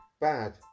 bad